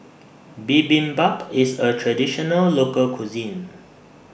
Bibimbap IS A Traditional Local Cuisine